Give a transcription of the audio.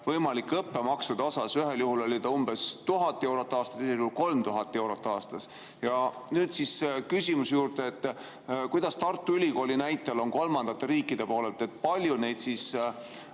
võimalike õppemaksude osas. Ühel juhul oli ta umbes 1000 eurot aastas, teisel juhul 3000 eurot aastas. Ja nüüd küsimuse juurde: kuidas Tartu Ülikooli näitel on kolmandate riikide [tudengitega]? Palju neid nn